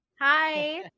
Hi